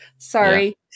Sorry